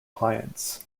clients